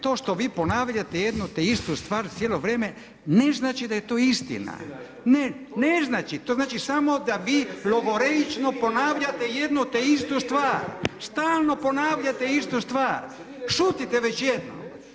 To što vi ponavljate jedno te istu stvar cijelo vrijeme ne znači da je to istina [[Upadica Grmoja: Istina je.]] Ne, ne znači, to znači samo da vi logoreično ponavljate jednu te istu stvar, stalno ponavljate istu stvar, šutite već jednom.